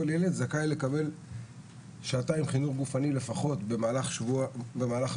כל ילד זכאי לקבל שעתיים חינוך גופני לפחות במהלך השבוע.